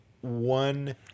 one